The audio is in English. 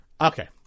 okay